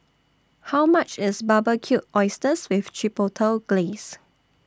How much IS Barbecued Oysters with Chipotle Glaze